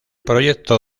proyecto